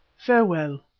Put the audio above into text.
farewell!